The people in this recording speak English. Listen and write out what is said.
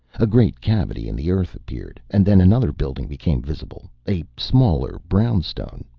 a great cavity in the earth appeared, and then another building became visible, a smaller, brown-stone,